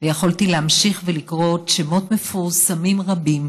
ויכולתי להמשיך ולקרוא עוד שמות מפורסמים רבים